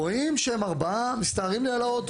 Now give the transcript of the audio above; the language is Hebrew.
רואים שארבעה מסתערים לי על האוטו,